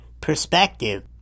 perspective